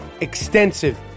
extensive